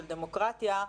של דמוקרטיה,